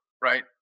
Right